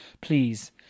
please